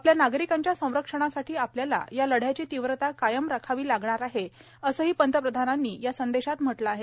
आपल्या नागरिकांच्या संरक्षणासाठी आपल्याला या लढ्याची तीव्रता कायम राखावी लागणार आहे असंही पंतप्रधानांनी या संदेशात म्हटलं आहे